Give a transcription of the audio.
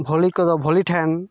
ᱵᱷᱚᱞᱤ ᱠᱚᱫᱚ ᱵᱷᱚᱞᱤ ᱴᱷᱮᱱ